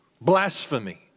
blasphemy